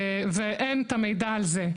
ואין את המידע על זה.